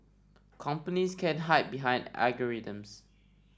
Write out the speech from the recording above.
companies can't hide behind algorithms